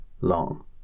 long